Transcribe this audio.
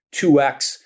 2x